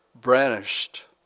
brandished